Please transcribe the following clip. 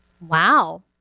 Wow